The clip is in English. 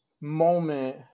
moment